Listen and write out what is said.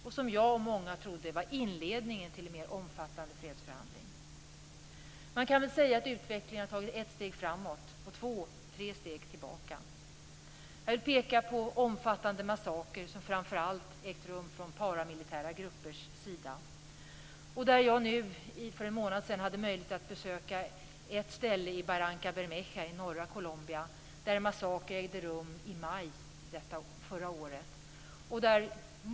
Jag och många med mig trodde att detta var inledningen till en mer omfattande fredsförhandling. Man kan väl säga att utvecklingen har tagit ett steg framåt och två tre steg tillbaka. Man kan peka på omfattande massakrer som ägt rum framför allt från paramilitära gruppers sida. För en månad sedan hade jag möjlighet att besöka ett ställe i Barrancabermeja i norra Colombia, där en massaker ägde rum i maj förra året.